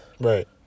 right